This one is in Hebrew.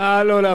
למה?